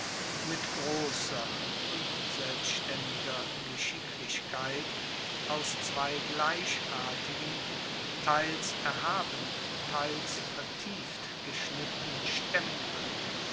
mit grosser und selbstaendiger geschicklichkeit aus zwei gleichartigen teils erhaben teils vertieft geschnittenen stempeln